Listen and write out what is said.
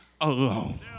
alone